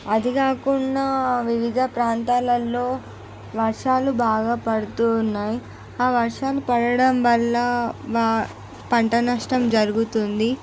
అది కాకుండా వివిధ ప్రాంతాలల్లో వర్షాలు బాగా పడుతూ ఉన్నాయి ఆ వర్షాలు పడటం వల్ల పంట నష్టం జరుగుతుంది